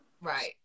Right